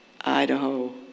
Idaho